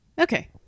Okay